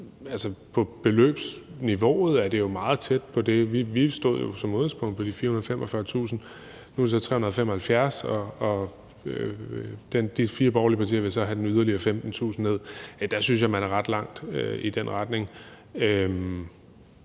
om. Beløbsniveauet er jo meget tæt på hinanden. Vi stod jo som udgangspunkt på de 445.000 kr., nu er det så 375.000 kr., og de fire borgerlige partier vil så have den yderligere 15.000 kr. ned, så jeg synes, vi er gået ret langt i den retning.